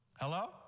Hello